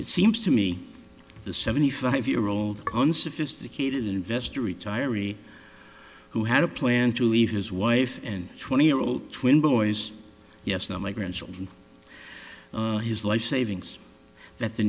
it seems to me the seventy five year old unsophisticated investor retiree who had a plan to leave his wife and twenty year old twin boys yes no my grandchildren his life savings that the